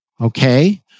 Okay